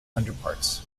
underparts